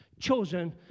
chosen